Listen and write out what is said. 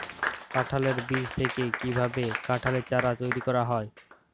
কাঁঠালের বীজ থেকে কীভাবে কাঁঠালের চারা তৈরি করা হয়?